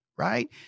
Right